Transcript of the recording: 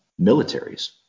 militaries